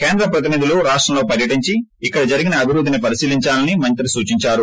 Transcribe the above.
కేంద్ర ప్రతినిధులు రాష్టంలో పర్యటించి ఇక్కడ జరిగిన అభివృద్ధిని పరిశీలించాలని మంత్రి సూచించారు